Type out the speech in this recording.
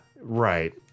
Right